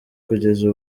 kugeza